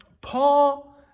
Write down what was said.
Paul